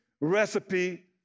recipe